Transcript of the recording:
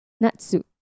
Natsu